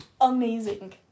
amazing